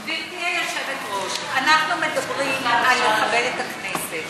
גברתי היושבת-ראש, אנחנו מדברים על לכבד את הכנסת.